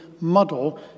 muddle